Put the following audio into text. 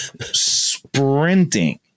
sprinting